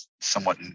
somewhat